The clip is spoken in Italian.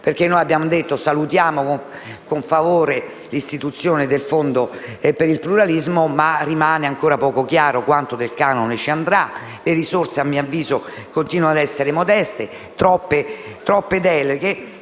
fondo. Noi abbiamo detto che salutiamo con favore l'istituzione del fondo per il pluralismo, ma rimane ancora poco chiaro quanto del canone sarà destinato a tale scopo; le risorse, a mio avviso, continuano a essere modeste, ci sono troppe deleghe.